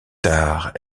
tard